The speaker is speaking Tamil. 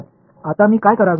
இப்போது நான் என்ன செய்வது